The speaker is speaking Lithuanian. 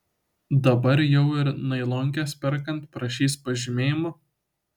dabar jau ir nailonkes perkant prašys pažymėjimo